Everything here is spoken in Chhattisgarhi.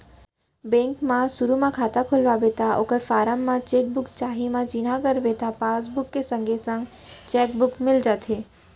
बेंक म सुरू म खाता खोलवाबे त ओकर फारम म चेक बुक चाही म चिन्हा करबे त पासबुक के संगे संग चेक बुक मिल जाथे